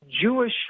jewish